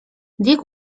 dick